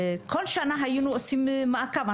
אנחנו כל שנה היינו עושים מעקב,